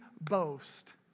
boast